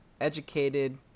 educated